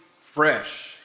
Fresh